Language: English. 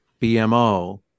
BMO